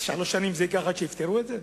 שלוש שנים ייקח עד שיפתרו את זה?